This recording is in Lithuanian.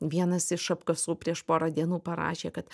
vienas iš apkasų prieš porą dienų parašė kad